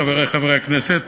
חברי חברי הכנסת,